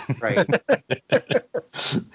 Right